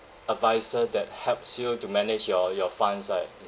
advisor that helps you to manage your your funds right